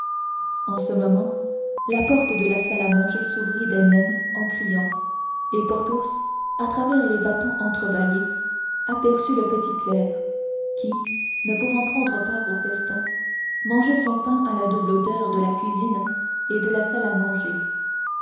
en ce moment la porte de la salle à manger s'ouvrit d'elle-même en criant et porthos à travers les battants entrebâillés aperçut le petit clerc qui ne pouvant prendre part au festin mangeait son pain à la double odeur de la cuisine et de la salle à manger